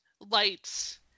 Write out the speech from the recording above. lights